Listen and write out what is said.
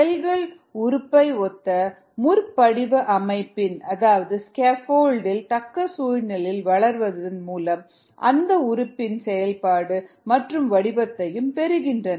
செல்கள் உறுப்பை ஒத்த முற்படிவ அமைவில் அதாவது ஸ்கேஃபால்டு இல் தக்க சூழலில் வளர்வதன் மூலம் அந்த உறுப்பின் செயல்பாடு மற்றும் வடிவத்தையும் பெறுகின்றன